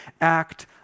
act